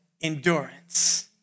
endurance